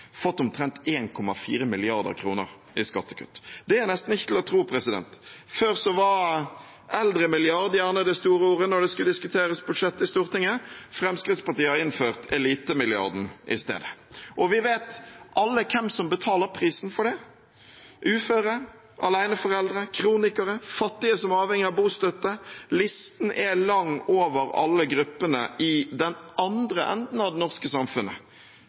i skattekutt. Det er nesten ikke til å tro. Før var gjerne «eldremilliarden» det store ordet når man skulle diskutere budsjett i Stortinget. Fremskrittspartiet har innført «elitemilliarden» i stedet. Og vi vet alle hvem som betaler prisen for det: uføre, aleneforeldre, kronikere, fattige som er avhengige av bostøtte – listen er lang over alle gruppene i den andre enden av det norske samfunnet